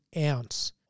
ounce